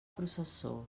processó